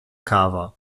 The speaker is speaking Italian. cava